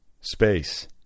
space